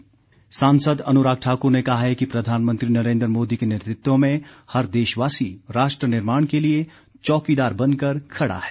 अनुराग ठाकुर सांसद अनुराग ठाकुर ने कहा है कि प्रधानमंत्री नरेन्द्र मोदी के नेतृत्व में हर देशवासी राष्ट्र निर्माण के लिए चौकीदार बनकर खड़ा है